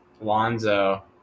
Lonzo